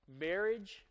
marriage